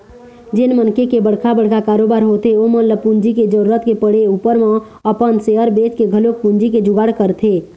जेन मनखे के बड़का बड़का कारोबार होथे ओमन ल पूंजी के जरुरत के पड़े ऊपर म अपन सेयर बेंचके घलोक पूंजी के जुगाड़ करथे